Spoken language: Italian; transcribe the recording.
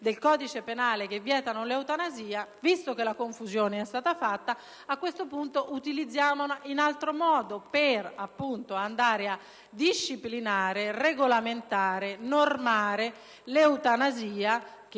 del codice penale che vietano l'eutanasia; pertanto, visto che la confusione è stata fatta, a questo punto utilizziamola in altro modo per disciplinare e regolamentare per legge l'eutanasia, che